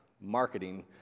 marketing